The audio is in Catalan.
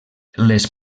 les